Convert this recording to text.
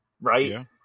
right